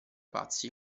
pazzi